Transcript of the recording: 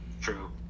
True